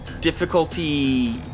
difficulty